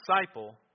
disciple